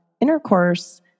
intercourse